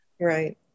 Right